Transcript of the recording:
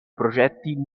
progetti